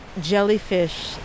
jellyfish